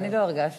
אני לא הרגשתי.